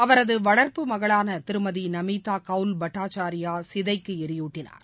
அவரது வளர்ப்பு மகளான திருமதி நமிதா கவுல் பட்டாச்சாரியா சிதைக்கு எரியூட்டினார்